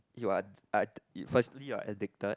you are firstly you are addicted